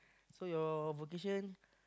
so your vocation